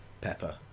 Pepper